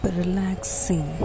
relaxing